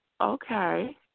Okay